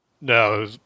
No